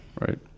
Right